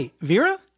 Vera